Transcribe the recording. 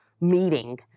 meeting